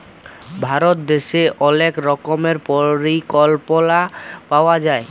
ভারত দ্যাশে অলেক রকমের পরিকল্পলা পাওয়া যায়